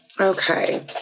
Okay